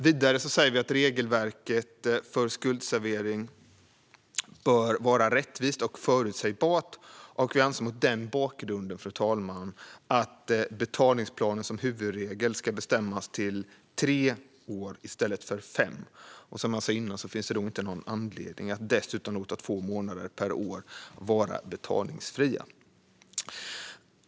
Vidare säger vi att regelverket för skuldsanering bör vara rättvist och förutsägbart. Vi anser mot den bakgrunden, fru talman, att betalningsplanen som huvudregel ska bestämmas till tre år i stället för fem. Som jag sa innan finns det då inte någon anledning att dessutom låta två månader per år vara betalningsfria.